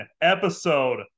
episode